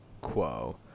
quo